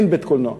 אין בית-קולנוע.